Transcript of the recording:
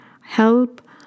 help